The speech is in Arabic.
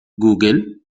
جوجل